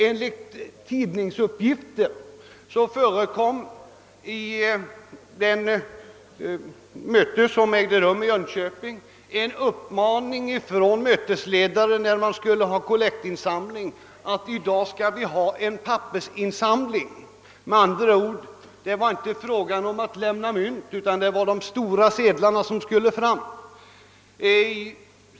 Före kollektinsamlingen vid det möte som ägde rum i Jönköping sade mötesledaren enligt tidningsuppgifter att »i dag skall vi ha en pappersinsam ling» — det var, med andra ord, inte fråga om att lämna mynt, utan de stora sedlarna skulle fram.